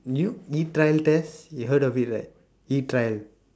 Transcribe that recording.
new new trial test you heard of it right new trial